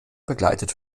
begleitet